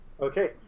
Okay